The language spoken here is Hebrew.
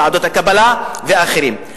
ועדות הקבלה ואחרים.